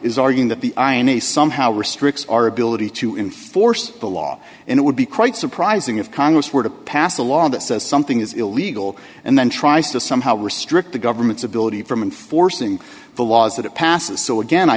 is arguing that the irony somehow restricts our ability to enforce the law and it would be quite surprising if congress were to pass a law that says something is illegal and then tries to somehow restrict the government's ability from enforcing the laws that it passes so again i